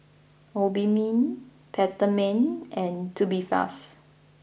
Obimin Peptamen and Tubifast